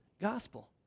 gospel